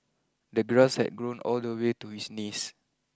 the grass had grown all the way to his knees